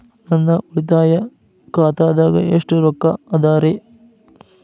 ನನ್ನ ಉಳಿತಾಯ ಖಾತಾದಾಗ ಎಷ್ಟ ರೊಕ್ಕ ಅದ ರೇ?